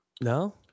No